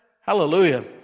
Hallelujah